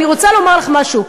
אני רוצה לומר לך משהו.